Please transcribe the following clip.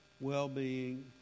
well-being